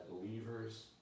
believers